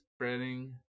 spreading